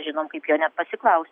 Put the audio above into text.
žinom kaip jo nepasiklausti